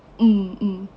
mm mm